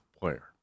player